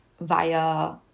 via